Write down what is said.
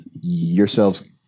yourselves